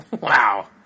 Wow